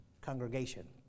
congregation